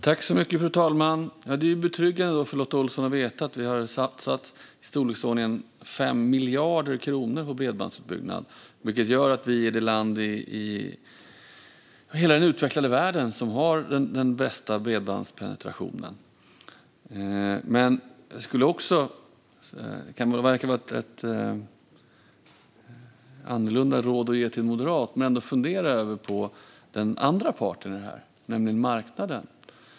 Fru talman! Det kan vara betryggande för Lotta Olsson att veta att vi har satsat i storleksordningen 5 miljarder kronor på bredbandsutbyggnad. Det gör att Sverige är det land i hela den utvecklade världen som har den bästa bredbandspenetrationen. Det kan verka som ett annorlunda råd att ge en moderat, men jag ber Lotta Olsson att även fundera på den andra parten i detta, nämligen marknaden.